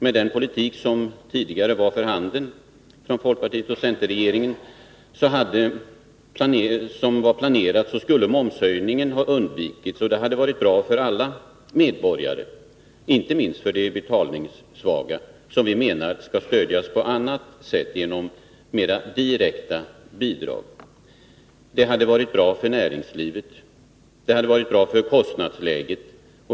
Med den politik som var planerad av folkpartioch centerregeringen skulle momshöjningen ha undvikits, och det hade varit bra för alla medborgare, inte minst för de betalningssvaga, som vi menar skall stödjas på annat sätt, genom mera direkta bidrag. Det hade varit bra för näringslivet, och det hade varit bra för kostnadsläget.